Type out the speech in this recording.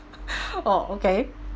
oh okay